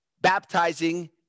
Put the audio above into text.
baptizing